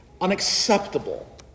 unacceptable